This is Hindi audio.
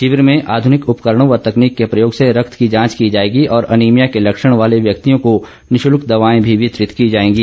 शिविर में आध्रनिक उपकरणों व तकनीक के प्रयोग से रक्त की जांच की जाएगी और अनीमिया के लक्षण वाले व्यक्तियों को निःशुल्क दवाए भी वितरित की जाएंगी